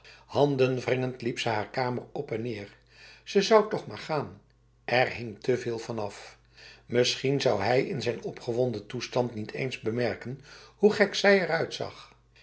handenwringend liep ze haar kamer op en neer ze zou toch maar gaan er hing te veel van af misschien zou hij in zijn opgewonden toestand niet eens bemerken hoe gek zij eruitzag